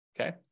okay